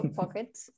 pockets